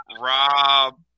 Rob